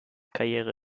karriere